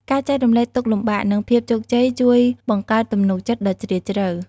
ការចែករំលែកទុក្ខលំបាក និងភាពជោគជ័យជួយបង្កើតទំនុកចិត្តដ៏ជ្រាលជ្រៅ។